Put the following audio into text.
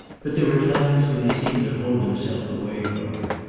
but there were times when he seemed to hold himself away from her,